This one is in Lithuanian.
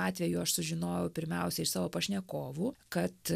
atveju aš sužinojau pirmiausia iš savo pašnekovų kad